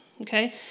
okay